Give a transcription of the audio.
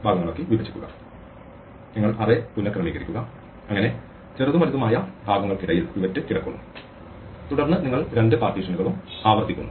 നിങ്ങൾ അറേ പുനക്രമീകരിക്കുക അങ്ങനെ ചെറുതും വലുതുമായ ഭാഗങ്ങൾക്കിടയിൽ പിവറ്റ് കിടക്കുന്നു തുടർന്ന് നിങ്ങൾ രണ്ട് പാർട്ടീഷനുകളും ആവർത്തിക്കുന്നു